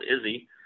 Izzy